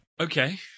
Okay